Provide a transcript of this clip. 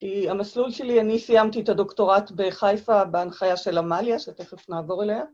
המסלול שלי, אני סיימתי את הדוקטורט בחיפה בהנחיה של עמליה, שתכף נעבור אליה.